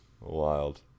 Wild